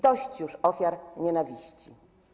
Dość już ofiar nienawiści.